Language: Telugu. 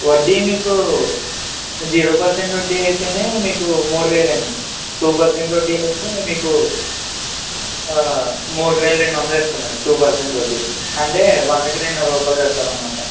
వడ్డీ మీకూ జీరో పెర్సెంట్ వడ్డీ అయితేనే మీకు మూడు వేలు అండి టూ పెర్సెంట్ వడ్డీకి వస్తే మీకూ ఆ మూడువేల రెండు వందలు ఇస్తాము అండి టూ పెర్సెంట్ వడ్డీ అంటే వందకి రెండు రూపాయలు కట్టాలన్న మాట